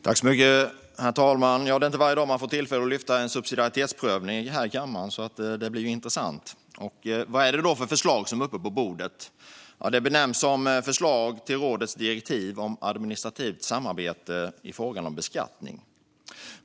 Herr talman! Det är inte varje dag man får tillfälle att lyfta fram en subsidiaritetsprövning här i kammaren, så det ska bli intressant. Vad är det då för förslag som ligger på bordet? Benämningen är Förslag till rådets direktiv om ändring av direktiv 2011 EU om administrativt samarbete i fråga om beskattning .